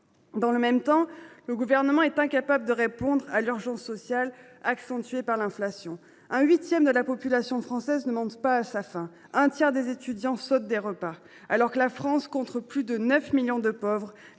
Dans le même temps, le Gouvernement est incapable de répondre à l’urgence sociale, encore accentuée par l’inflation. Un huitième de la population française ne mange pas à sa faim ; un tiers des étudiants sautent des repas. Alors que la France compte plus de 9 millions de pauvres,